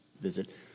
visit